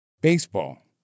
Baseball